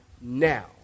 now